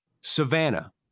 Savannah